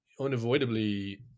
unavoidably